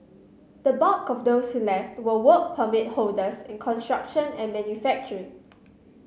the bulk of those who left were Work Permit holders in construction and manufacturing